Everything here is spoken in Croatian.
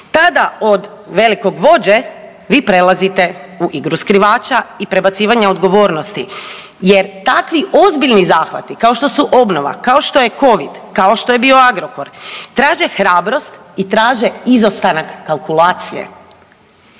Tada od velikog vođe vi prelazite u igru skrivača i prebacivanje dogovornosti, jer takvi ozbiljni zahvati kao što su obnova, kao što je covid, kao što je bio Agrokor traže hrabrost i traže izostanak kalkulacije.